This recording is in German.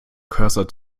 cursor